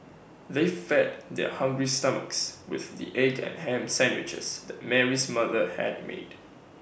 they fed their hungry stomachs with the egg and Ham Sandwiches that Mary's mother had made